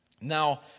Now